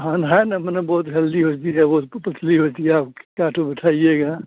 हँ माने है ना माने बहुत हेल्दी वेल्दी है बहुत पतली होती है आप कितना बिठाइएगा